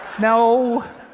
No